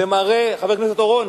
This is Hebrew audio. זה מראה, חבר הכנסת אורון,